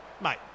Mate